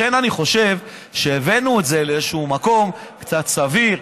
לכן אני חושב שהבאנו את זה לאיזו שהוא מקום קצת סביר,